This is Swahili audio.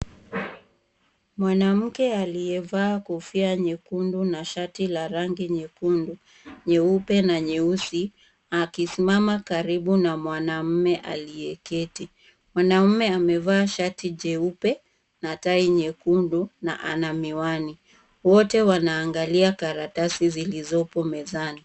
Mwanamke aliyevaa kofia nyekundu na shati la rangi nyekundu, nyeupe na nyeusi, akisimama karibu na mwanamme aliyeketi. Mwanaume amevaa shati jeupe na tai nyekundu na ana miwani. Wote wanaangalia karatasi zilizopo mezani.